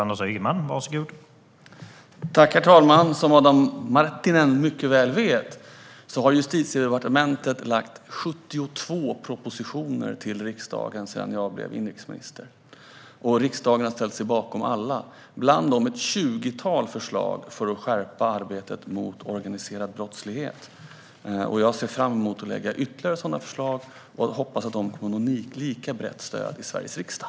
Herr talman! Som Adam Marttinen mycket väl vet har regeringen lagt fram 72 propositioner från Justitiedepartementet till riksdagen sedan jag blev inrikesminister. Riksdagen har ställt sig bakom alla dessa propositioner, bland annat ett tjugotal förslag för att skärpa arbetet mot organiserad brottslighet. Jag ser fram emot att lägga fram ytterligare sådana förslag och hoppas att de kommer att få ett lika brett stöd i Sveriges riksdag.